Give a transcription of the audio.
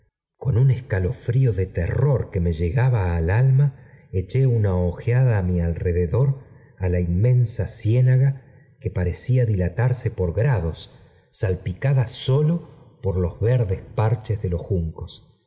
fuerte como escalofrío de terror que me llegaba ai alma echó un ojeada á mi alrededor á la inmensa oiónaga que parecía dilatarse por grados sal i v picada sólo por los verdes parches de los juncos